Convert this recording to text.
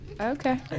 okay